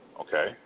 okay